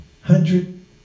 hundred